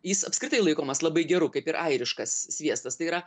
jis apskritai laikomas labai geru kaip ir airiškas sviestas tai yra